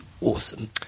awesome